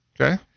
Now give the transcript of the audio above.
Okay